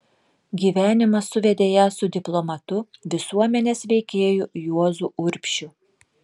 gyvenimas suvedė ją su diplomatu visuomenės veikėju juozu urbšiu